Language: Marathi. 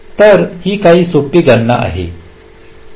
तर ही काही सोपी गणना आहे